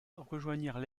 rejoignirent